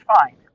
fine